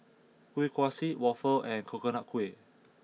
Kuih Kaswi Waffle and Coconut Kuih